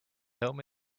home